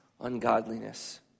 Ungodliness